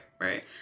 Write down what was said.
Right